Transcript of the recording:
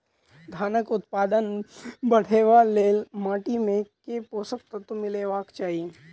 धानक उत्पादन बढ़ाबै लेल माटि मे केँ पोसक तत्व मिलेबाक चाहि?